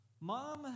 mom